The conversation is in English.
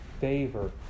favor